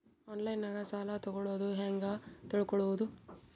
ಆನ್ಲೈನಾಗ ಸಾಲ ತಗೊಳ್ಳೋದು ಹ್ಯಾಂಗ್ ತಿಳಕೊಳ್ಳುವುದು?